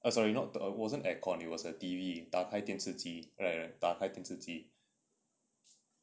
uh sorry not uh wasn't aircon it was a T_V 打开电视机 right right 打开电视机